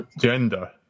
Gender